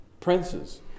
princes